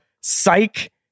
psych